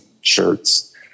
shirts